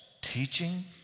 teaching